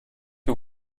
que